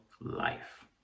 life